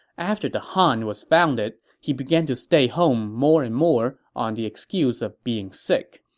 after the han was founded, he began to stay home more and more on the excuse of being sick,